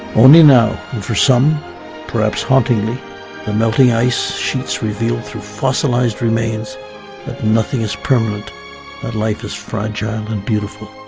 only now and for some perhaps hauntingly the melting ice sheets revealed through fossilized remains, but nothing is permanent and life is fragile and beautiful.